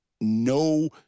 no